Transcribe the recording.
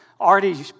already